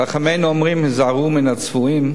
חכמינו אומרים: היזהרו מן הצבועים,